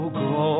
go